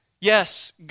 yes